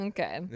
Okay